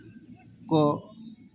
ᱠᱚ